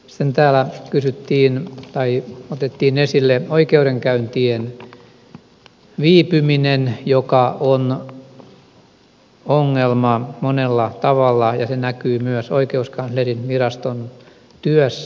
sitten täällä otettiin esille oikeudenkäyntien viipyminen joka on ongelma monella tavalla ja se näkyy myös oikeuskanslerinviraston työssä